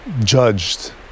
judged